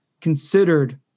considered